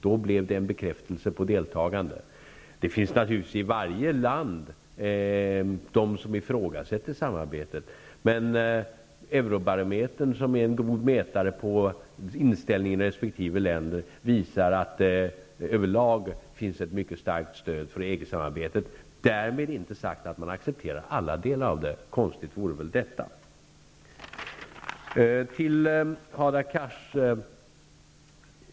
Det blev då en bekräftelse på deltagandet. I varje land finns naturligtvis personer som ifrågasätter samarbetet. Eurobarometern som är en god mätare på inställningen i resp. länder visar att det över lag finns ett mycket starkt stöd för EG-samarbetet. Därmed är det inte sagt att man accepterar alla delar av det. Konstigt vore väl detta.